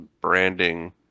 branding